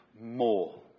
more